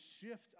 shift